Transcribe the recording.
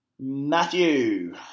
Matthew